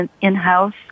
in-house